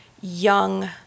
young